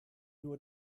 nur